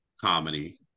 comedy